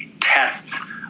tests